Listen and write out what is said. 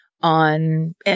on